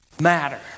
matter